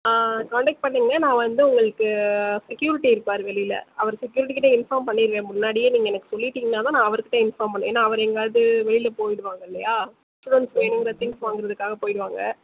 ஆ contact பண்ணுங்கள் நான் வந்து உங்களுக்கு செக்கியூரிட்டி இருப்பார் வெளியில் அவர் செக்கியூரிட்டி கிட்டே இன்ஃபார்ம் பண்ணியிருக்கேன் முன்னாடியே நீங்கள் எனக்கு சொல்லிட்டிங்கனாதான் நான் அவர் கிட்டே இன்ஃபார்ம் பண்ணணும் ஏன்னா அவர் எங்கயாவது வெளியில் போயிடுவாங்க இல்லையா ஸ்டூடெண்ட் வேணுங்கிற திங்ஸ் வாங்குறதுக்காக போய்டுவாங்க